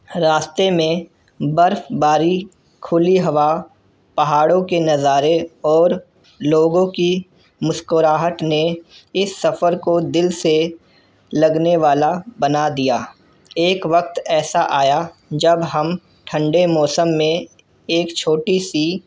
راستے میں برف باری کھلی ہوا پہاڑوں کے نظارے اور لوگوں کی مسکراہٹ نے اس سفر کو دل سے لگنے والا بنا دیا ایک وقت ایسا آیا جب ہم ٹھنڈے موسم میں ایک چھوٹی سی